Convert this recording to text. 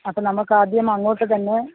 അപ്പം നമുക്കാദ്യമങ്ങോട്ടു തന്നെ